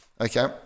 Okay